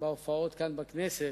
בהופעות כאן, בכנסת,